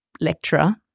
lecturer